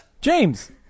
James